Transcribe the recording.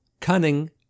cunning